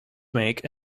make